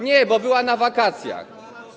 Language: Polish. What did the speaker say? Nie, bo była na wakacjach.